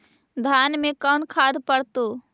धान मे कोन खाद पड़तै?